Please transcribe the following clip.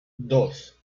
dos